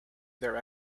their